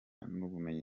n’ubumenyi